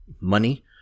money